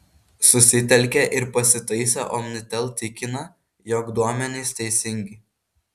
susitelkė ir pasitaisė omnitel tikina jog duomenys teisingi